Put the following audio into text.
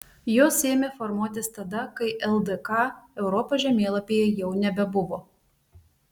jos ėmė formuotis tada kai ldk europos žemėlapyje jau nebebuvo